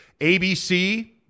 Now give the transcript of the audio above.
ABC